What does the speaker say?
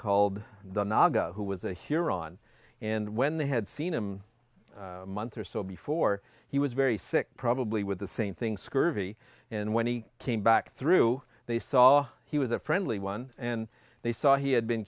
called the naga who was a hero on and when they had seen him months or so before he was very sick probably with the same thing scurvy and when he came back through they saw he was a friendly one and they saw he had been